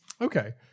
okay